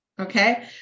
Okay